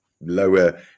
lower